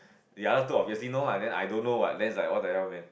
the other two I guess you know lah then I don't know what that is like what the hell man